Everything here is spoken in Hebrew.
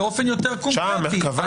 באופן יותר קונקרטי --- שע"ם, מרכב"ה?